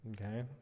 Okay